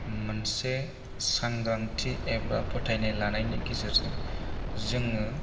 मोनसे सांग्रांथि एबा फोथायनाय लानायनि गेजेरजों जोङो